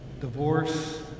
divorce